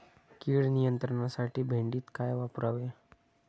कीड नियंत्रणासाठी भेंडीत काय वापरावे?